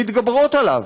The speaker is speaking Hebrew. מתגברות עליו.